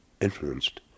influenced